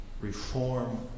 Reform